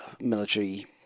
military